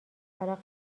حالا